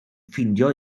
ffeindio